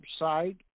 website